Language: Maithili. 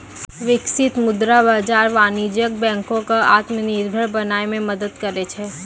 बिकसित मुद्रा बाजार वाणिज्यक बैंको क आत्मनिर्भर बनाय म मदद करै छै